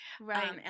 Right